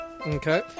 Okay